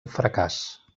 fracàs